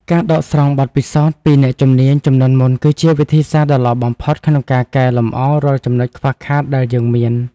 ការដកស្រង់បទពិសោធន៍ពីអ្នកជំនាញជំនាន់មុនគឺជាវិធីសាស្ត្រដ៏ល្អបំផុត ក្នុងការកែលម្អរាល់ចំណុចខ្វះខាតដែលយើងមាន។